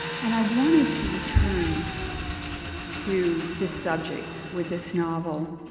and i wanted to return to the subject with this novel.